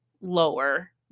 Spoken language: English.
lower